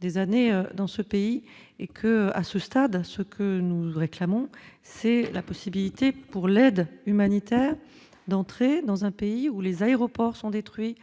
des années dans ce pays et que, à ce stade, ce que nous réclamons, c'est la possibilité pour l'aide humanitaire d'entrer dans un pays où les aéroports sont détruits